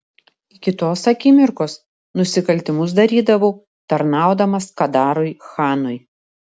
iki tos akimirkos nusikaltimus darydavau tarnaudamas kadarui chanui